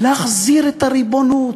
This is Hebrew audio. להחזיר את הריבונות,